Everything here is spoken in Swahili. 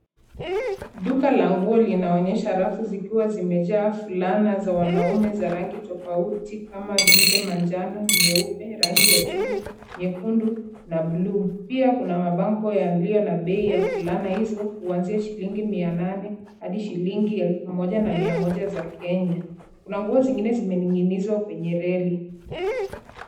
Duka la nguo linaonyesha rafu zikiwa zimejaa fulana za wanaume za rangi tofauti kama vile manjano, nyeupe, rangi ya chungwa, nyekundu na blue . Pia kuna mabango yaliyo na bei ya fulana hizo kuanzia shilingi mia nane hadi shilingi elfu moja na mia moja za Kenya. Kuna nguo zingine zimening'inizwa kwenye reli.